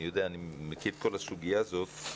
אני מכיר את כל הסוגיה הזאת.